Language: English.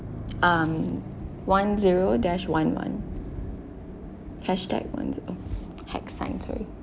um one zero dash one one hashtag one zero hex sign sorry